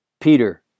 Peter